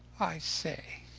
i say,